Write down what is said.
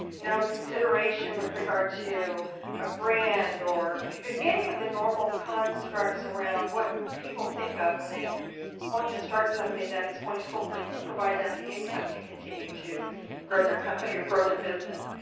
no consideration with regard to a brand or any of the normal constructs around what people think of when they want to start something that is going to hopefully provide them an income to continue to grow their company or grow their business.